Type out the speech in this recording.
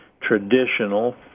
traditional